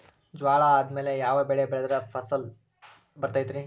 ಜ್ವಾಳಾ ಆದ್ಮೇಲ ಯಾವ ಬೆಳೆ ಬೆಳೆದ್ರ ಛಲೋ ಫಸಲ್ ಬರತೈತ್ರಿ?